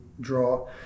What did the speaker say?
draw